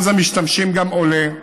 שיעור המשתמשים גם הוא עולה,